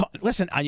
listen